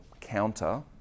counter